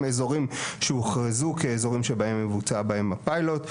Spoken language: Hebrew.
אזורים שהוכרזו כאזורים שבעצם מבצוע הפיילוט.